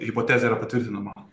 hipotezė yra patvirtinama